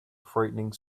frightening